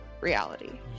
Reality